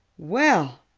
well?